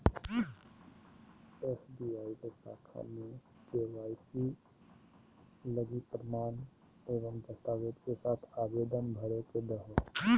SBI के शाखा में के.वाई.सी लगी प्रमाण एवं दस्तावेज़ के साथ आवेदन भर के देहो